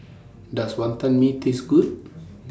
Does Wonton Mee Taste Good